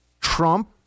Trump